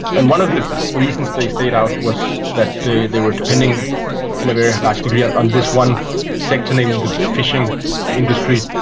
and one of the reasons they stayed out was that they were depending in a very vast degree on on this one sector, namely the fishing industry,